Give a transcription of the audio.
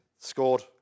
scored